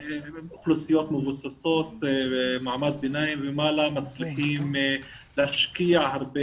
אוכלוסיות מבוססות ומעמד ביניים ומעלה מצליחים להשקיע הרבה